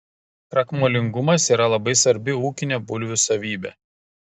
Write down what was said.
krakmolingumas yra labai svarbi ūkinė bulvių savybė